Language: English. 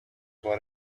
what